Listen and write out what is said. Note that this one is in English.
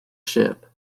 ship